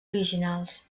originals